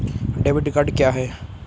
Debit card क्या है?